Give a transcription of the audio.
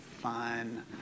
Fun